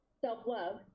self-love